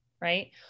Right